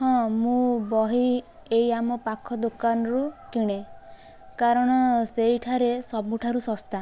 ହଁ ମୁଁ ବହି ଏଇ ଆମ ପାଖ ଦୋକାନରୁ କିଣେ କାରଣ ସେଇଠାରେ ସବୁଠାରୁ ଶସ୍ତା